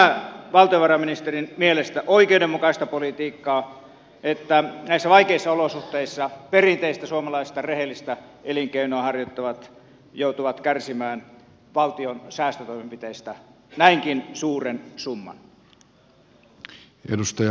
onko tämä valtiovarainministerin mielestä oikeudenmukaista politiikkaa että näissä vaikeissa olosuhteissa perinteistä suomalaista rehellistä elinkeinoa harjoittavat joutuvat kärsimään valtion säästötoimenpiteistä näinkin suuren summan